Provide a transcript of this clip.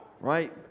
Right